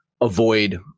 avoid